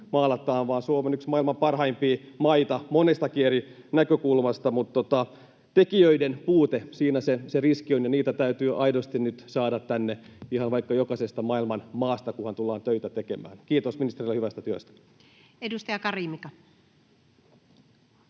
maalataan, vaan Suomi on yksi maailman parhaimpia maita monestakin eri näkökulmasta, mutta tekijöiden puute, siinä se riski on, ja niitä täytyy aidosti nyt saada tänne, ihan vaikka jokaisesta maailman maasta, kunhan tullaan töitä tekemään. — Kiitos ministerille hyvästä työstä! Edustaja Kari, Mika.